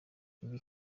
ibi